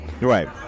Right